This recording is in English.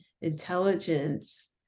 intelligence